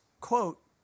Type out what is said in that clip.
quote